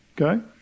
Okay